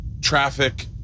traffic